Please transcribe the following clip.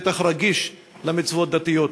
בטח רגיש למצוות דתיות.